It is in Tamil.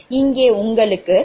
இங்கே உங்களுக்கு 0